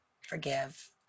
forgive